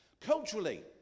Culturally